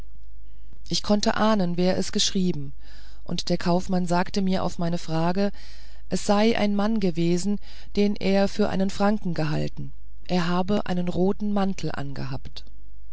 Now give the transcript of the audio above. ich konnte ahnen wer es geschrieben und der kaufmann sagte mir auf meine frage es seie ein mann gewesen den er für einen franken gehalten er habe einen roten mantel angehabt